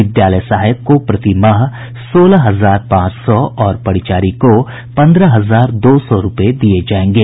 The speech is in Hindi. विद्यालय सहायक को प्रतिमाह सोलह हजार पांच सौ और परिचारी को पंद्रह हजार दो सौ रूपये दिये जायेंगे